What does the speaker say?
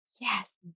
yes